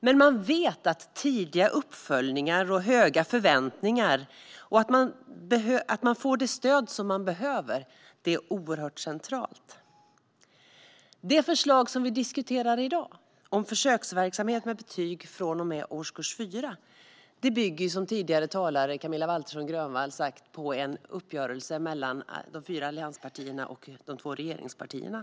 Men vi vet att tidiga uppföljningar, höga förväntningar och att man får det stöd som man behöver är oerhört centralt. Det förslag som vi diskuterar i dag om försöksverksamhet med betyg från och med årskurs 4 bygger som tidigare talare Camilla Waltersson Grönvall sagt på en uppgörelse mellan de fyra allianspartierna och de två regeringspartierna.